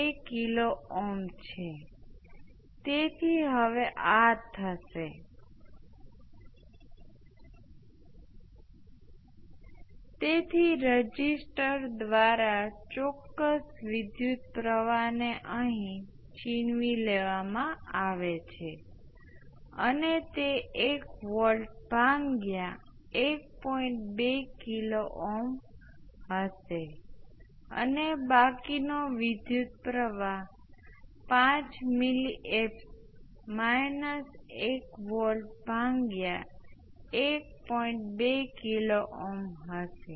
તેથી I 1 જે 0 પર L 1 માથી પસાર થતો વિદ્યુત પ્રવાહ છે જે 0 હતો અને I 2 એ પણ 0 પર 0 હતો અને વિદ્યુત પ્રવાહ સ્ટેપ આપ્યા પછી તરતજ આ L 2 L 1 L 2 × I s અને I2 ના 0 એ L 1 L 1 L 2 I s છે